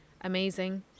amazing